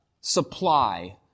supply